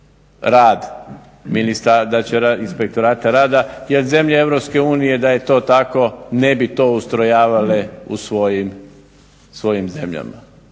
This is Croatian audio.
rad inspektorata rada jer zemlje Europske unije da je to tako ne bi to ustrojavale u svojim zemljama.